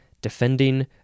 Defending